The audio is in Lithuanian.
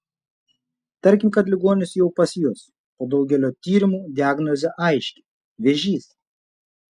tarkim kad ligonis jau pas jus po daugelio tyrimų diagnozė aiški vėžys